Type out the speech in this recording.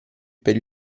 per